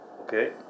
okay